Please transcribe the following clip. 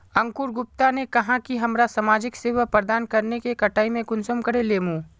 अंकूर गुप्ता ने कहाँ की हमरा समाजिक सेवा प्रदान करने के कटाई में कुंसम करे लेमु?